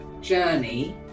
journey